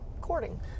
courting